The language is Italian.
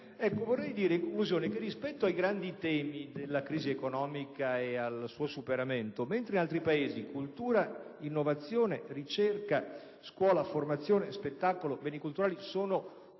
Vorrei dire che rispetto ai grandi temi della crisi economica e del suo superamento, mentre in altri Paesi cultura, innovazione, ricerca, scuola, formazione, spettacolo e beni culturali sono un volano